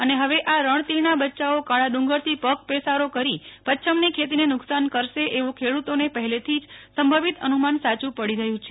અને હવે આ રણતીડના બચ્યાંઓ કાળાડુંગરથી પગપેસારો કરી પચ્છમની ખેતીને નુકસાન કરશે એવું ખેડૂતોને પહેલેથી જ સંભવિત અનુમાન સાયું પડી રહ્યું છે